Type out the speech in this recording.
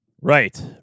Right